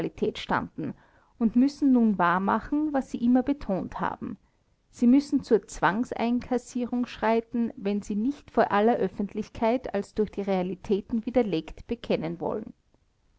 standen und müssen nun wahr machen was sie immer betont haben sie müssen zur zwangseinkassierung schreiten wenn sie sich nicht vor aller öffentlichkeit als durch die realitäten widerlegt bekennen wollen